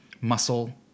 muscle